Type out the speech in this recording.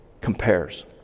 compares